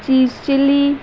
cheese chilly